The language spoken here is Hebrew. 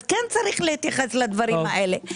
אז כן יש להתייחס לדברים האלה.